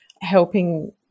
helping